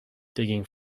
digging